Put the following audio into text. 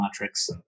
matrix